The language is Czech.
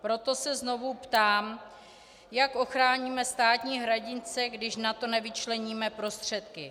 Proto se znovu ptám, jak ochráníme státní hranice, když na to nevyčleníme prostředky.